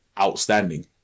outstanding